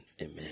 amen